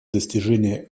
достижения